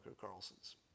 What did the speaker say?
Carlson's